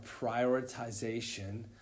prioritization